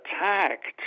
attacked